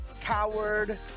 Coward